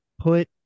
put